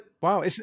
wow